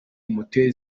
moteri